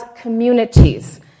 communities